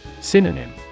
Synonym